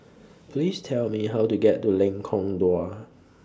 Please Tell Me How to get to Lengkong Dua